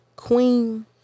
Queen